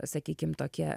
sakykim tokie